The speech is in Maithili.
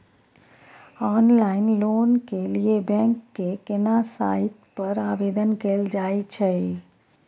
ऑनलाइन लोन के लिए बैंक के केना साइट पर आवेदन कैल जाए छै?